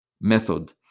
method